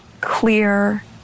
clear